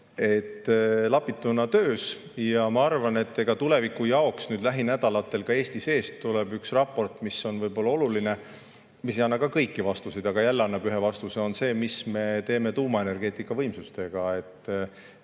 ja muudkui sõidavad. Ma arvan, et tuleviku jaoks nüüd lähinädalatel ka Eesti seest tuleb üks raport, mis on võib-olla oluline. See ei anna ka kõiki vastuseid, aga annab ühe vastuse. Ja see on see, mis me teeme tuumaenergeetika võimsustega.